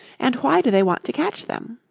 and why do they want to catch them?